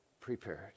prepared